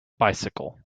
bicycle